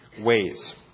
ways